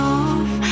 off